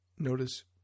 notice